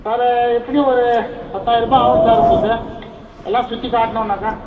வேறு எப்படியும் ஒரு பத்தாயரூபா ஆகும் சார் உங்களுக்கு எல்லாம் சுற்றி காட்டணுனாக்கா